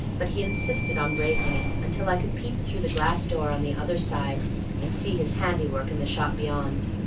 but he insisted on raising it until i could peep through the glass door on the other side and see his handiwork in the shop beyond.